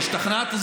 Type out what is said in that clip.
השתכנעת.